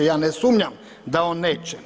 Ja ne sumnjam da on neće.